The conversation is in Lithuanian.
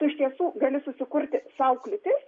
tu iš tiesų gali susikurti sau kliūtis